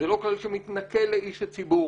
זה לא כלל שמתנכל לאישי ציבור,